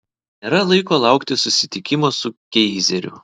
nėra laiko laukti susitikimo su keizeriu